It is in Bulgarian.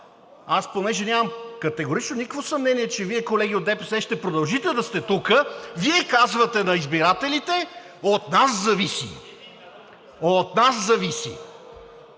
Аз понеже категорично нямам никакво съмнение, че Вие колеги от ДПС ще продължите да сте тук, Вие казвате на избирателите: от нас зависи. От нас зависи!